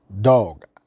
Dog